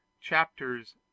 Chapters